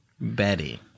Betty